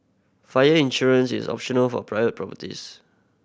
fire insurance is optional for private properties